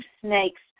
snakes